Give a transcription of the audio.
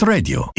Radio